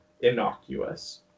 innocuous